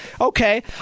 Okay